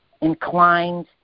inclined